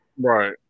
Right